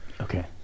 Okay